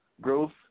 growth